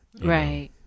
Right